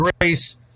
grace